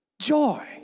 joy